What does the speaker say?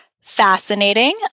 fascinating